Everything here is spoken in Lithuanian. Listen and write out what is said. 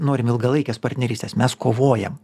norim ilgalaikės partnerystės mes kovojam